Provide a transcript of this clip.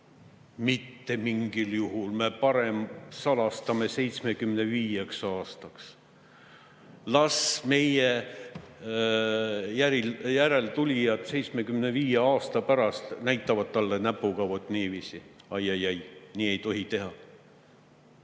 mitte mingil juhul, me parem salastame [tema tehtu] 75 aastaks. Las meie järeltulijad 75 aasta pärast näitavad talle näpuga, vot niiviisi: ai-ai-ai, nii ei tohi teha.